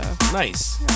Nice